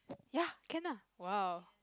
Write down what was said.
ya can ah !wow!